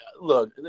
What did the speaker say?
Look